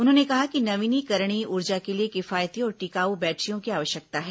उन्होंने कहा कि नवीकरणीय ऊर्जा के लिए किफायती और टिकाऊ बैटरियों की आवश्यकता है